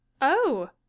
Oh